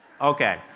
Okay